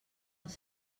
els